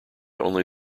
only